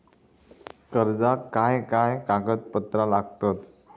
कर्जाक काय काय कागदपत्रा लागतत?